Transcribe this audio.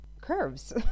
curves